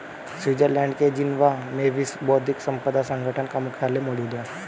Switzerland के Geneva में विश्व बौद्धिक संपदा संगठन का मुख्यालय मौजूद है